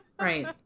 right